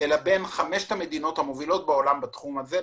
אלא בין חמשת המדינות המובילות בעולם בתחום הזה.